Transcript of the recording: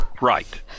right